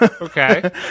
Okay